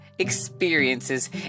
experiences